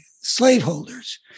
slaveholders